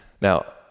Now